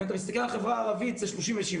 אם אתם מסתכלים על החברה הערבית זה 37%,